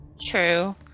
True